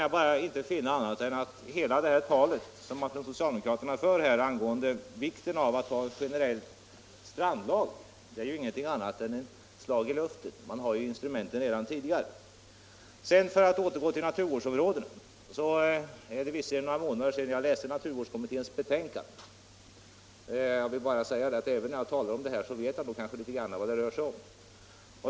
Jag kan inte finna annat än att allt det här talet som socialdemokraterna för om vikten av att ha en generell strandlag bara är ett slag i luften. Man har ju redan instrumenten. För att återgå till naturvårdskommittén vill jag bara säga, att även om det är några månader sedan jag läste kommitténs betänkande så vet jag kanske litet grand om vad det rör sig om.